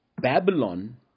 Babylon